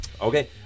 okay